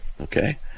okay